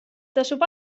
tasub